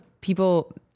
people